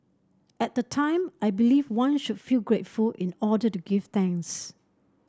at the time I believed one should feel grateful in order to give thanks